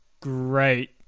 great